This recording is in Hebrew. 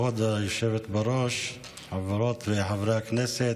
כבוד היושבת-ראש, חברות וחברי הכנסת,